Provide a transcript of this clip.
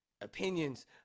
opinions